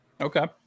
Okay